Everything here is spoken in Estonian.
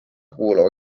kuuluva